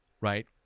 right